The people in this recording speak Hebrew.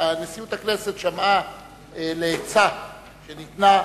נשיאות הכנסת שמעה לעצה שניתנה,